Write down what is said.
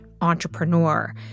entrepreneur